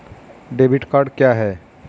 Debit card क्या है?